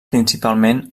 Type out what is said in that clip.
principalment